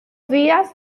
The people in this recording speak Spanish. días